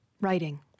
Writing